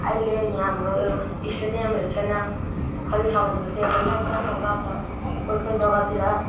अहिले यहाँ हाम्रो स्टेडियमहरू छैन खालि छ भनेको त्यो एउटा सान्सानो ग्राउन्ड छ कोही कोही जगातिर